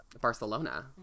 Barcelona